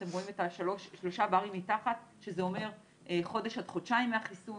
אתם רואים שלושה ברים מתחת שזה אומר חודש עד חודשיים מהחיסון,